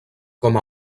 com